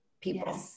people